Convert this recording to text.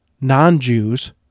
non-Jews